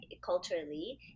culturally